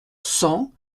cent